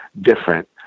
different